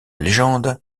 légende